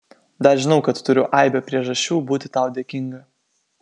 dar žinau kad turiu aibę priežasčių būti tau dėkinga